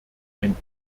ein